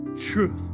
truth